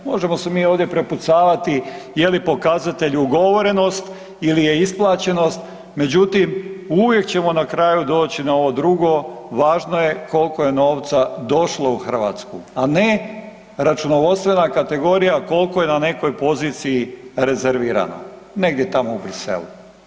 Možemo se mi ovdje prepucavati je li pokazatelj ugovorenost ili je isplaćenost, međutim uvijek ćemo na kraju doći na ovo drugo, važno je koliko je novca došlo u Hrvatsku a ne računovodstvena kategorija koliko je na nekoj poziciji rezervirano negdje tamo u Bruxellesu.